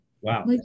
Wow